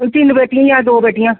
तीन पेट्टियां जां दो पेट्टियां